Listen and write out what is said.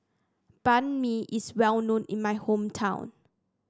Banh Mi is well known in my hometown